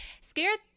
scared